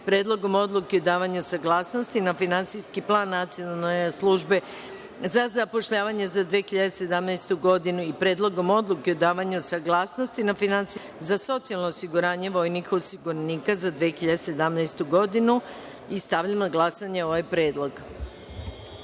Predlogom odluke o davanju saglasnosti na Finansijski plan Nacionalne službe za zapošljavanje za 2017. godinu i Predlogom odluke o davanju saglasnosti na finansijski plan Fonda za socijalno osiguranje vojnih osiguranika za 2017. godinu. Stavljam na glasanje ovaj